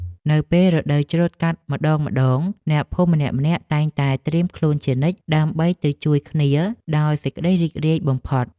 នៅពេលរដូវច្រូតកាត់ម្ដងៗអ្នកភូមិម្នាក់ៗតែងតែត្រៀមខ្លួនជានិច្ច ដើម្បីទៅជួយគ្នាដោយសេចក្ដីរីករាយបំផុត។